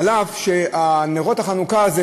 אף שנרות החנוכה,